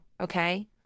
Okay